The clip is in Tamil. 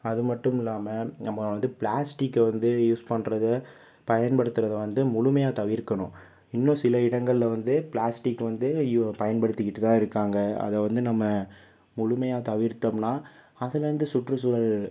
அதுமட்டுமில்லாமல் நம்ப வந்து பிளாஸ்டிக்கை வந்து யூஸ் பண்ணுறது பயன்படுத்துறது வந்து முழுமையாக தவிர்க்கணும் இன்னும் சில இடங்களில் வந்து பிளாஸ்டிக் வந்து பயன்படுத்திகிட்டு தான் இருக்காங்க அதை வந்து நம்ப முழுமையாக தவிர்த்தோம்னால் அதுலேருந்து சுற்றுசூழல்